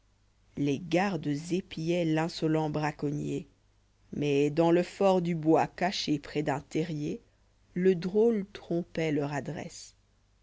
les gardes épioient l'insolent braco'nnier mais dans le fort du bois caché près d'un terrier le drôle trompoit leur adressé